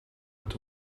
het